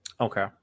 Okay